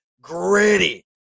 gritty